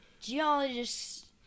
geologists